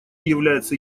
является